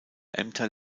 ämter